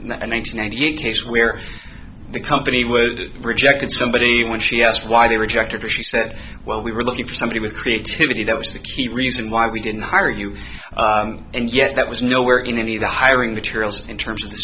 hundred ninety eight case where the company was projected somebody when she asked why they rejected her she said well we were looking for somebody with creativity that was the key reason why we didn't hire you and yet that was no where in any of the hiring the trails in terms of the